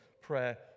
prayer